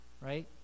right